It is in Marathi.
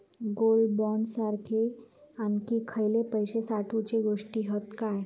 गोल्ड बॉण्ड सारखे आणखी खयले पैशे साठवूचे गोष्टी हत काय?